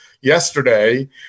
yesterday